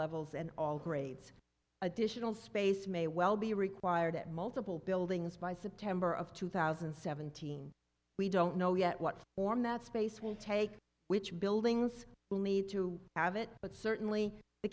levels and all grades additional space may well be required at multiple buildings by september of two thousand and seventeen we don't know yet what form that space will take which buildings will need to have it but certainly the